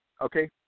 Okay